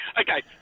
Okay